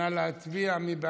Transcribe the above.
נא להצביע, מי בעד?